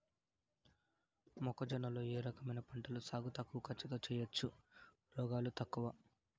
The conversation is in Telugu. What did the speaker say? మొక్కజొన్న లో ఏ రకమైన పంటల సాగు తక్కువ ఖర్చుతో చేయచ్చు, రోగాలు తక్కువ?